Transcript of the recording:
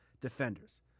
defenders